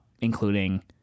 including